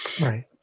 Right